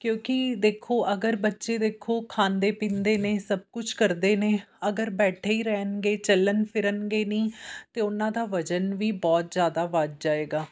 ਕਿਉਂਕਿ ਦੇਖੋ ਅਗਰ ਬੱਚੇ ਦੇਖੋ ਖਾਂਦੇ ਪੀਂਦੇ ਨੇ ਸਭ ਕੁਛ ਕਰਦੇ ਨੇ ਅਗਰ ਬੈਠੇ ਹੀ ਰਹਿਣਗੇ ਚਲਣ ਫਿਰਨਗੇ ਹੀ ਨਹੀਂ ਤਾਂ ਉਹਨਾਂ ਦਾ ਵਜਨ ਵੀ ਬਹੁਤ ਜ਼ਿਆਦਾ ਵੱਧ ਜਾਏਗਾ